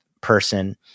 person